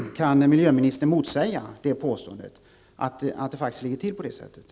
Kan miljöministern motsäga påståendet att det ligger till på det sättet?